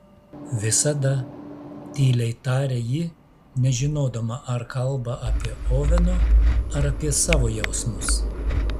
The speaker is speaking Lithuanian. visada tyliai tarė ji nežinodama ar kalba apie oveno ar apie savo jausmus